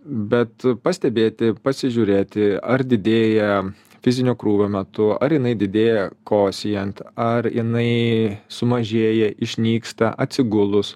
bet pastebėti pasižiūrėti ar didėja fizinio krūvio metu ar jinai didėja kosėjant ar jinai sumažėja išnyksta atsigulus